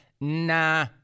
nah